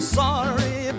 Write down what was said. sorry